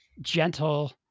gentle